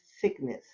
sickness